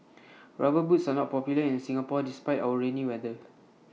rubber boots are not popular in Singapore despite our rainy weather